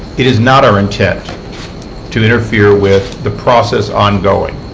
it is not our intent to interfere with the process ongoing.